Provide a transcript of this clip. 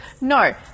No